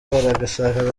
bagashaka